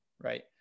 right